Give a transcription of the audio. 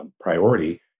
priority